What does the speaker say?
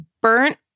burnt